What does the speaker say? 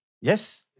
Yes